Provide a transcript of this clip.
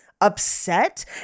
upset